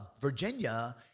Virginia